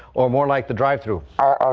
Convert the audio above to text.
or more like the drive-thru ah